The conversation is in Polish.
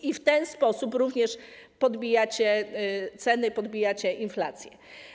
I w ten sposób również podbijacie ceny, podbijacie inflację.